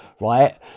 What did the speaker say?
Right